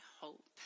hope